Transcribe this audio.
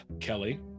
Kelly